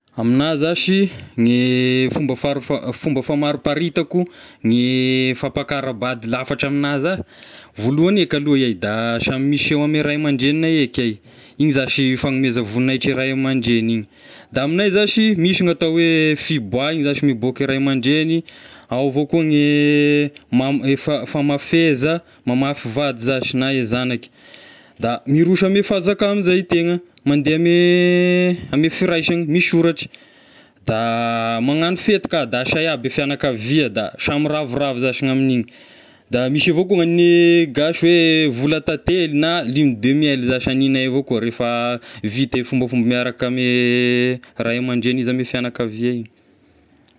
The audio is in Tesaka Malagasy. Amigna zashy ny fomba farafa- fomba famariparitako ny fampankaram-bady lafatra amigna za, voalohany eka aloha iahy da samy miseho ame ray aman-dregninay eky iahy, igny zashy fanomeza voninahitry ray aman-dregny igny, da amignay zashy misy gn'atao hoa fiboahigna zashy miboaky ray aman-dregny ao avao koa gne mam- ifam- famafeza mamafy vady zashy na e zagnaky, da miroso ame fanzaka ame izay e tegna, mandeha ame amy firaisagny misoratry, da magnano fety ka da asay aby e fiagnakavia da samy ravoravo zashy ny amin'igny, da misy avao koa ny gasy hoe vola tantely na lune de miel zashy haninay avao koa rehefa vita e fombafomba miaraka ame ray aman-dreny izy ame fiagnakavia igny.